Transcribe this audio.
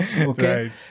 okay